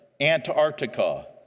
Antarctica